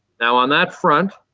now on that front,